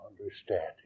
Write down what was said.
understanding